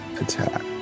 attack